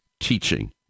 teaching